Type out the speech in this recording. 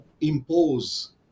impose